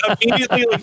Immediately